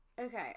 okay